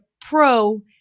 pro